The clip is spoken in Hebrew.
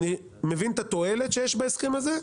אני מבין את התועלת שיש בהסכם הזה,